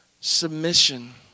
submission